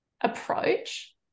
approach